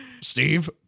Steve